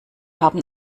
haben